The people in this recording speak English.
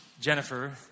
Jennifer